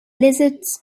lizards